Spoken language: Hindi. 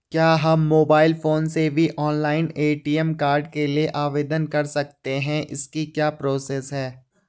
क्या हम मोबाइल फोन से भी ऑनलाइन ए.टी.एम कार्ड के लिए आवेदन कर सकते हैं इसकी क्या प्रोसेस है?